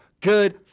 Good